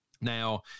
Now